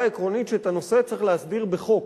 העקרונית שאת הנושא צריך להסדיר בחוק,